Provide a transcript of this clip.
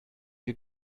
you